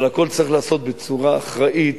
אבל הכול צריך להיעשות בצורה אחראית